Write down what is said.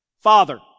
father